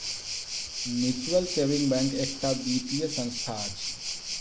mutual saving bank एकटा वित्तीय संस्था अछि